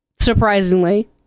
Surprisingly